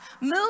Move